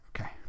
Okay